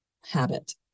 habit